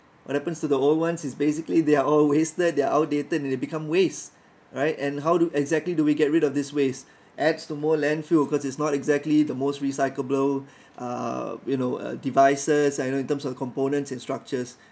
what happens to the old ones is basically they're always there they're outdated and they become waste right and how do exactly do we get rid of this waste adds to more landfill cause it's not exactly the most recyclable uh you know uh devices like you know in terms of components and structures